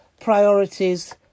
Priorities